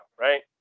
right